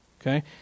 Okay